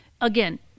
Again